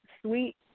Sweet